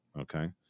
Okay